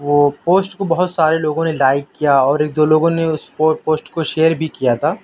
وہ پوسٹ کو بہت سارے لوگوں نے لائیک کیا اور ایک دو لوگوں نے اس پوسٹ کو شیئر بھی کیا تھا